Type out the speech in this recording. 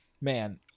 man